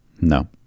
no